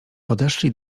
podeszli